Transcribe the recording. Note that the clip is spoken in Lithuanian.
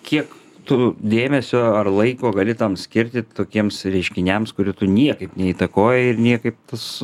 kiek tu dėmesio ar laiko gali tam skirti tokiems reiškiniams kurių tu niekaip neįtakoji ir niekaip tas